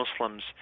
Muslims